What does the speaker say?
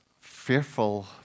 fearful